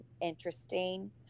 interesting –